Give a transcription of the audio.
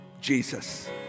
Jesus